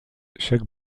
chaque